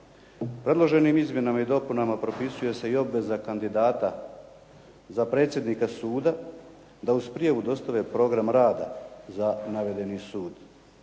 Predloženim izmjenama i dopunama propisuje se i obveza kandidata za predsjednika suda da uz prijavu dostave program rada za navedeni sud.